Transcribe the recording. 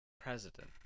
president